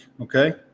okay